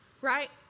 right